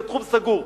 וזה תחום סגור.